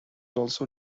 also